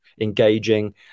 engaging